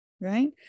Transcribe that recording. right